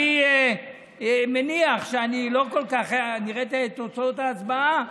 אני מניח שאחרי שאני אראה את תוצאות ההצבעה,